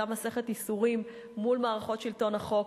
את אותה מסכת ייסורים מול מערכות שלטון החוק.